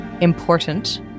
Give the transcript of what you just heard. important